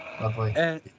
Lovely